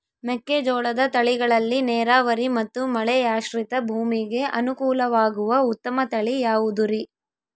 ಮೆಕ್ಕೆಜೋಳದ ತಳಿಗಳಲ್ಲಿ ನೇರಾವರಿ ಮತ್ತು ಮಳೆಯಾಶ್ರಿತ ಭೂಮಿಗೆ ಅನುಕೂಲವಾಗುವ ಉತ್ತಮ ತಳಿ ಯಾವುದುರಿ?